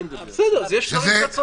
יש דברים שאתה צודק.